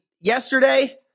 yesterday